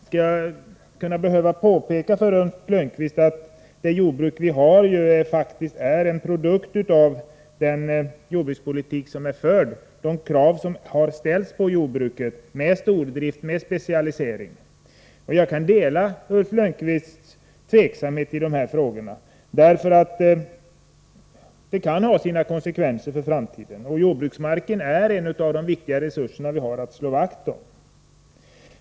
Skall jag behöva påpeka för Ulf Lönnqvist att det jordbruk vi har faktiskt är en produkt av den jordbrukspoltik som förts och de krav som har ställts på jordbruket — med stordrift och specialisering. Jag kan dela Ulf Lönnqvists tveksamhet i dessa frågor. Detta kan ha sina konsekvenser för framtiden, och jordbruksmarken är en av de viktiga resurser som vi har att slå vakt om.